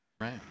right